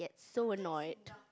so annoyed